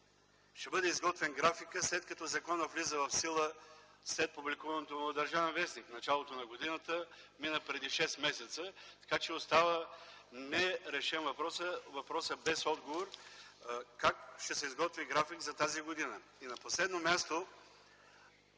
ще бъде изготвен графикът, след като законът влиза в сила след публикуването му в „Държавен вестник”? Началото на годината мина преди шест месеца, така че въпросът остава нерешен. Въпрос без отговор – как ще се изготви график за тази година? На последно място,